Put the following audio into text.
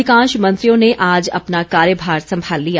अधिकांश मंत्रियों ने आज अपना कार्यभार संभाल लिया